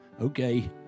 okay